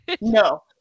No